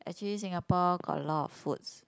actually Singapore got a lot of foods